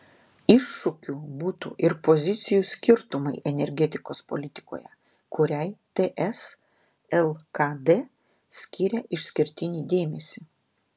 iššūkiu būtų ir pozicijų skirtumai energetikos politikoje kuriai ts lkd skiria išskirtinį dėmesį